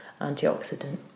antioxidant